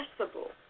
accessible